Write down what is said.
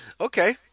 Okay